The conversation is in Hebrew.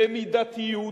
במידתיות,